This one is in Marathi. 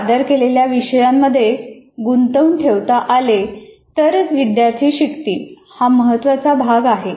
सादर केलेल्या विषयांमध्ये गुंतवून ठेवता आले तरच विद्यार्थी शिकतील हा महत्त्वाचा भाग आहे